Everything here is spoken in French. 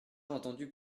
entendu